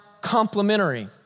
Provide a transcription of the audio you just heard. complementary